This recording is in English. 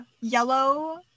yellow